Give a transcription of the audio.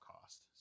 cost